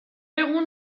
egun